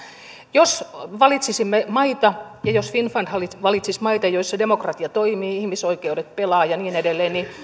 jos valitsisimme maita ja jos finnfund valitsisi maita joissa demokratia toimii ihmisoikeudet pelaavat ja niin edelleen niin